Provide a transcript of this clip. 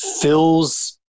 fills